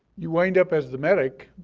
you wind up as the medic,